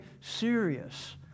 serious